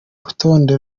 rutonde